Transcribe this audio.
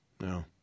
no